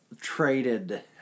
traded